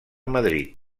madrid